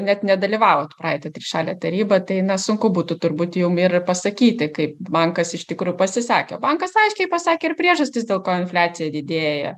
net nedalyvavot praeitą trišalė taryba tai na sunku būtų turbūt jum ir pasakyti kai bankas iš tikru pasisakė bankas aiškiai pasakė ir priežastis dėl ko infliacija didėja